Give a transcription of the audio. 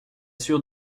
sûr